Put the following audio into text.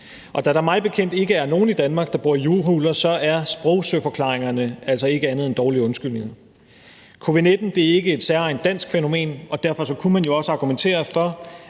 og da der mig bekendt ikke er nogen i Danmark, der bor i jordhuler, er sprogsøforklaringerne altså ikke andet end dårlige undskyldninger. Covid-19 er ikke et særegent dansk fænomen, og derfor kunne man jo også argumentere for,